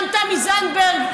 גם תמי זנדברג,